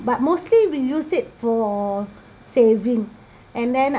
but mostly we use it for saving and then